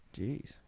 Jeez